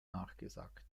nachgesagt